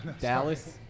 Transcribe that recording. Dallas